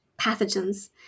pathogens